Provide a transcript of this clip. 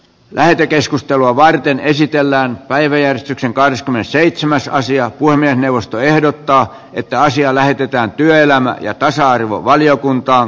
lähetekeskustelua varten esitellään päiviä sitten kahdeskymmenesseitsemäs aasian pulmia puhemiesneuvosto ehdottaa että asia lähetetään työelämä ja tasa arvovaliokuntaan